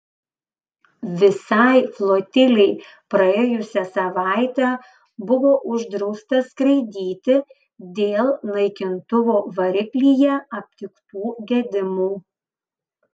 visai flotilei praėjusią savaitę buvo uždrausta skraidyti dėl naikintuvo variklyje aptiktų gedimų